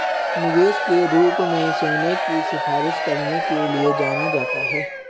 निवेश के रूप में सोने की सिफारिश करने के लिए जाना जाता है